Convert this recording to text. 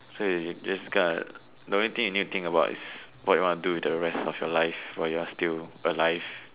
so you just got the only thing you need to think about is what you are going to do with the rest of your life while you are still alive